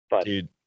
Dude